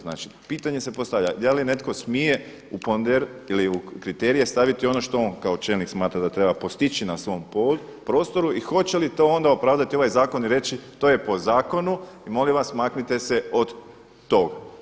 Znači pitanje se postavlja da li netko smije u … ili u kriterije staviti ono što on kao čelnik smatra da treba postići na svom prostoru i hoće li to onda opravdati ovaj zakon i reći to je po zakonu i molim vas maknite se od tog.